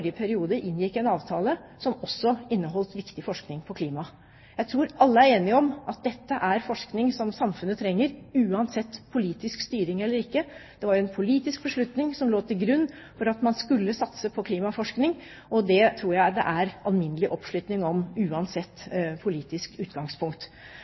periode inngikk en avtale, som også inneholdt viktig forskning på klimaet. Jeg tror alle er enige om at dette er forskning som samfunnet trenger, uansett politisk styring eller ikke. Det var en politisk beslutning som lå til grunn for at man skulle satse på klimaforskning, og det tror jeg det er alminnelig oppslutning om,